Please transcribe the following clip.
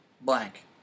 blank